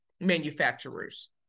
manufacturers